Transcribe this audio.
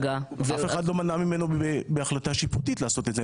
אף אחד לא מנע ממנו בהחלטה שיפוטית לעשות את זה.